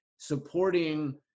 supporting